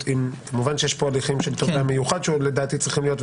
כמובן שיש פה הליכים של תובע מיוחד שלדעתי צריכים להיות,